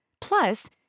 Plus